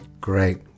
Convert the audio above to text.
Great